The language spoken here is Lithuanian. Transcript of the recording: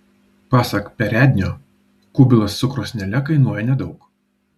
pasak perednio kubilas su krosnele kainuoja nedaug